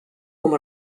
com